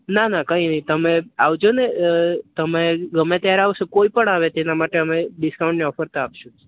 ના ના કઈ નહીં તમે આવજોને તમે ગમે ત્યારે આવશો કોઈ પણ આવે તેના માટે અમે ડિસ્કાઉન્ટની ઓફર તો આપશું